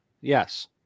yes